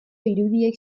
irudiek